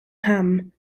ham